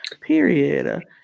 Period